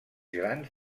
grans